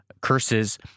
curses